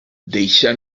deixà